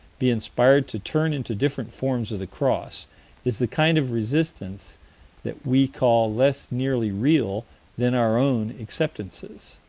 be inspired to turn into different forms of the cross is the kind of resistance that we call less nearly real than our own acceptances.